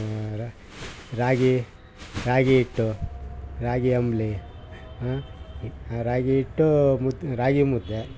ರ ರಾಗಿ ರಾಗಿಹಿಟ್ಟು ರಾಗಿ ಅಂಬಲಿ ರಾಗಿಹಿಟ್ಟೂ ರಾಗಿಮುದ್ದೆ